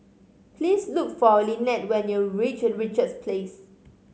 please look for Lynette when you reach Richards Place